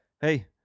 Hey